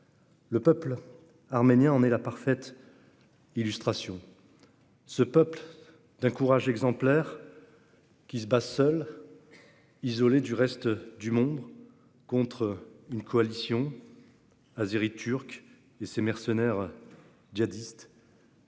Le peuple arménien en est la parfaite illustration. Ce peuple, d'un courage exemplaire, se bat seul, isolé du reste du monde, dans une forme d'indifférence, contre une coalition azérie-turque et ses mercenaires djihadistes,